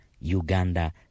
Uganda